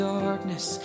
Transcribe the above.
darkness